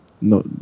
no